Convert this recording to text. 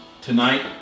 Tonight